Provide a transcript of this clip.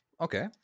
okay